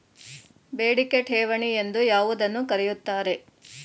ಬೇಡಿಕೆ ಠೇವಣಿ ಎಂದು ಯಾವುದನ್ನು ಕರೆಯುತ್ತಾರೆ?